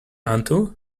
unto